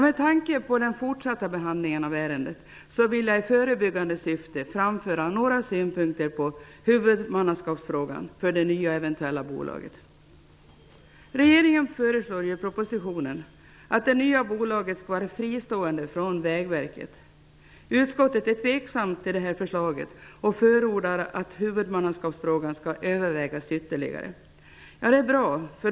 Med tanke på den fortsatta behandlingen av ärendet vill jag i förebyggande syfte framföra några synpunkter på huvudmannaskapet för det nya eventuella bolaget. Utskottet är tveksamt till förslaget och förordar att huvudmannaskapsfrågan skall övervägas ytterligare. Det är bra.